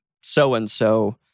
so-and-so